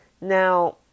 Now